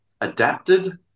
adapted